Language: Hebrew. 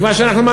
מכיוון שאנחנו,